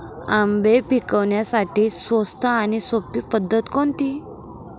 आंबे पिकवण्यासाठी स्वस्त आणि सोपी पद्धत कोणती?